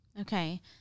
Okay